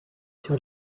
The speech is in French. sur